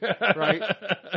Right